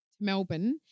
Melbourne